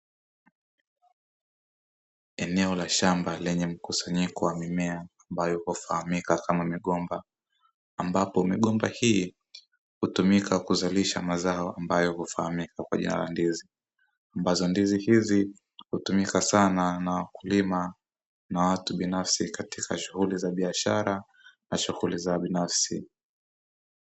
Eneo la shamba lenye mkusanyiko wa mimea ambayo hufahamika kama migomba, ambapo migomba hii hutumika kuzalisha mazao ambayo hufahamika kwa jina la ndizi, ambazo ndizi hizi hutumika sana na wakulima na watu binafsi katika shughuli za biashara na shughuli za binafsi.